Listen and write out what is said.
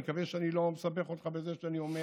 אני מקווה שאני לא מסבך אותך בזה שאני אומר